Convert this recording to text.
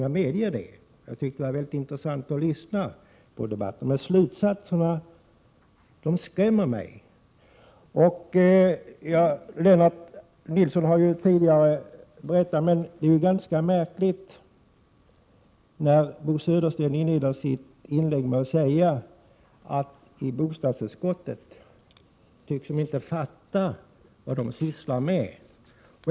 Jag tyckte att det var mycket intressant att lyssna på debatten, men slutsatserna skrämmer mig. Det var ju ganska märkligt att Bo Södersten inledde med att säga att man i bostadsutskottet inte tycks fatta vad man sysslar med.